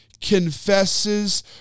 confesses